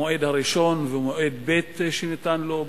המועד הראשון ומועד ב' שניתן לו בקונגרס,